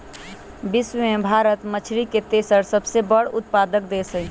विश्व में भारत मछरी के तेसर सबसे बड़ उत्पादक देश हई